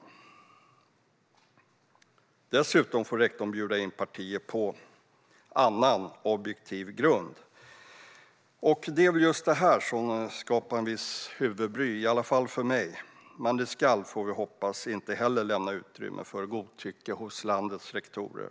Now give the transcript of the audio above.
Dessutom får rektorn bjuda in partier på "annan objektiv grund". Just det här skapade visst huvudbry, i alla fall för mig. Men inte heller det ska, får vi hoppas, lämna utrymme för godtycke hos landets rektorer.